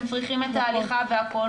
הם צריכים את ההליכה והכול.